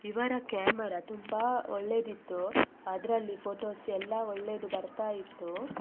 ಇದರ ಕ್ಯಾಮರಾ ತುಂಬ ಒಳ್ಳೆದಿತ್ತು ಅದರಲ್ಲಿ ಫೋಟೋಸ್ ಎಲ್ಲ ಒಳ್ಳೆದು ಬರ್ತಾ ಇತ್ತು